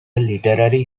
literary